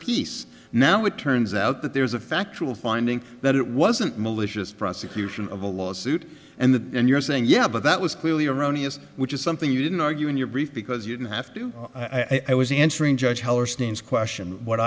piece now it turns out that there's a factual finding that it wasn't malicious prosecution of a lawsuit and the and you're saying yeah but that was clearly erroneous which is something you didn't argue in your brief because you didn't have to i was answering judge hellerstein question what